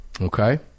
okay